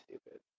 stupid